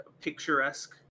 picturesque